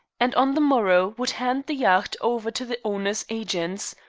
and on the morrow would hand the yacht over to the owner's agents,